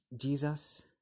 Jesus